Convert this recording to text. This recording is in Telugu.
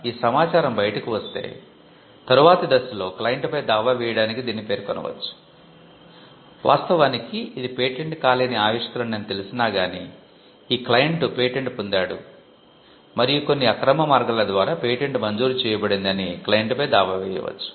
అదనంగా ఈ సమాచారం బయటకు వస్తే తరువాతి దశలో క్లయింట్పై దావా వేయడానికి దీనిని పేర్కొనవచ్చు వాస్తవానికి ఇది పేటెంట్ కాలేని ఆవిష్కరణ అని తెలిసినా గానీ ఈ క్లయింట్ పేటెంట్ పొందాడు మరియు కొన్ని అక్రమ మార్గాల ద్వారా పేటెంట్ మంజూరు చేయబడింది అని క్లయింట్ పై దావా వేయవచ్చు